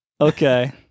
Okay